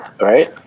right